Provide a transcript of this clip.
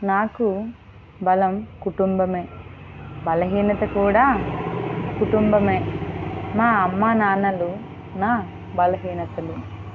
నాకు బలం కుటుంబం బలహీనత కూడా కుటుంబం మా అమ్మానాన్నలు నా బలహీనతలు